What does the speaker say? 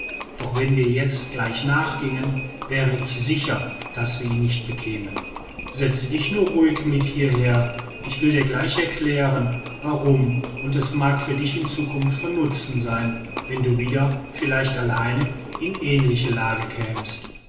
doch wenn wir jetzt gleich nachgingen wäre ich sicher daß wir ihn nicht bekämen setze dich nur ruhig mit hierher ich will dir gleich erklären warum und es mag für dich in zukunft von nutzen sein wenn du wieder vielleicht allein in ähnliche lage kämst